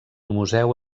museu